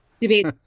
debate